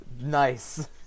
Nice